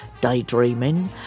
Daydreaming